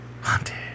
Haunted